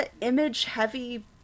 image-heavy